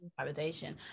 validation